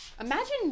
imagine